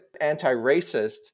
anti-racist